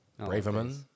Braverman